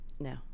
No